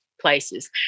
places